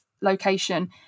location